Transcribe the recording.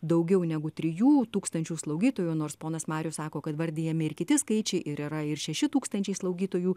daugiau negu trijų tūkstančių slaugytojų nors ponas marius sako kad vardijami ir kiti skaičiai ir yra ir šeši tūkstančiai slaugytojų